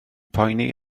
poeni